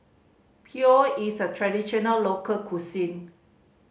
pho is a traditional local cuisine